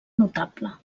notable